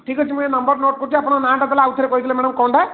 ଠିକ୍ ଅଛି ମୁଁ ଏ ନମ୍ବର୍ ନୋଟ୍ କରୁଛି ଆପଣଙ୍କ ନାଁଟା ଆଉଥରେ କହିଦେଲେ ମ୍ୟାଡ଼ାମ୍ କ'ଣଟା